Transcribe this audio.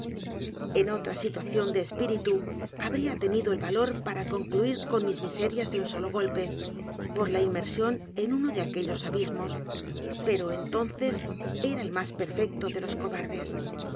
en otra situación de espíritu habría tenido el valor p a r a concluir con mis miserias de un solo golpe por la inmersión en uno de aquellos a b i s m o s pero entonces era el más perfecto de los cobardes